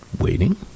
waiting